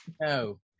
No